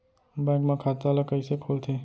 Bank म खाता ल कइसे खोलथे?